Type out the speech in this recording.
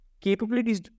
capabilities